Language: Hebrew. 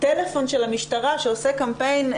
טלפון של המשטרה שעושה קמפיין,